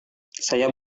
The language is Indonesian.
saya